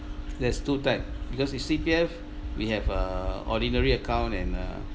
there's two type because its C_P_F we have err ordinary account and uh